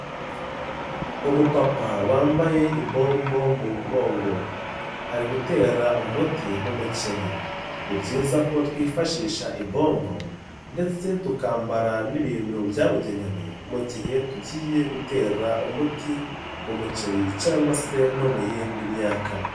Umupapa wambaye ibombo mu mugongo ari gutera umuti mu muceri, ni byiza ko twifashisha ibombo ndetse tukambara n'ibintu byabugenewe mu gihe tugiye gutera umuti mu muceri cyangwa sere no mu yindi myaka.